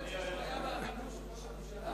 יכולה להיות בעיה באמינות של ראש הממשלה?